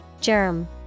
Germ